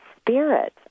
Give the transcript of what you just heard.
spirit